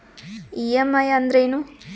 EMI ಅಂದ್ರೇನು?